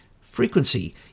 frequency